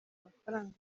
amafaranga